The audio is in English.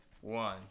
one